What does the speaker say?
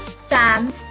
Sam